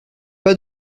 pas